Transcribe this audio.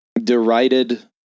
derided